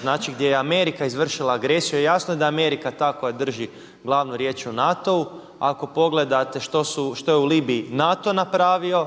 znači gdje je Amerika izvršila agresiju. Jasno je da je Amerika ta koja drži glavnu riječ u NATO-u. Ako pogledate što je u Libiji NATO napravio,